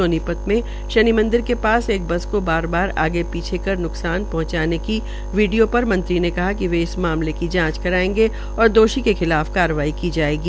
सोनीपत मे शनि मंदिर के पास एक बस को बार बार आगे पीछे कर नकसान पहंचाने की वीडियों पर मंत्री ने कहा कि वे इसक मामले की जांच करायेंगे और दोषी की खिलाफ कार्रवाई की जायेगी